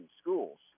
schools